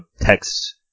text